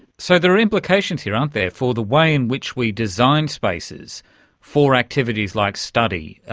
so there are implications here, aren't there, for the way in which we design spaces for activities like study,